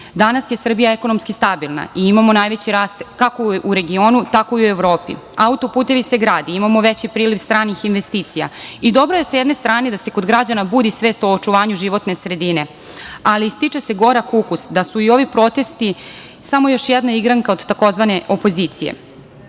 leći. Danas je Srbija ekonomski stabilna, imamo najveći rast, kako u regionu, tako i u Evropi. Autoputevi se grade, imamo veći priliv stranih investicija i dobro je sa jedne strane da se kod građana budi svest u očuvanju životne sredine, ali stiče se gorak ukus, da su i ovi protesti samo još jedna igranka od tzv. opozicije,